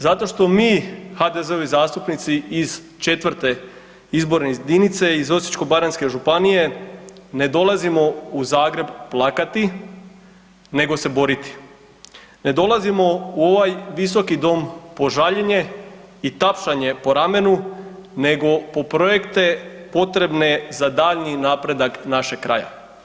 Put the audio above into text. Zato što mi HDZ-ovi zastupnici iz 4. izborne jedinice iz Osječko-baranjske županije ne dolazimo u Zagreb plakati nego se boriti, ne dolazimo u ovaj Visoki dom po žaljenje i tapšanje po ramenu nego po projekte potrebne za daljnji napredak našeg kraja.